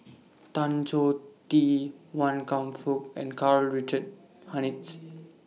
Tan Choh Tee Wan Kam Fook and Karl Richard Hanitsch